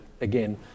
again